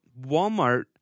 Walmart